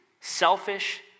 selfish